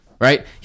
Right